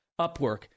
Upwork